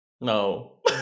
No